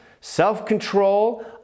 self-control